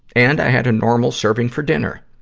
and i had a normal serving for dinner.